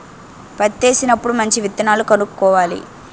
పత్తేసినప్పుడు మంచి విత్తనాలు కొనుక్కోవాలి